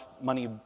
money